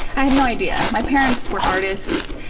i had no idea. my parents were artists,